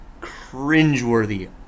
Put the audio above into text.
cringeworthy